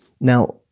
Now